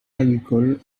agricole